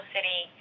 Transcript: City